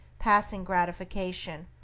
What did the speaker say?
passing gratification,